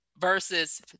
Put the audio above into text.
versus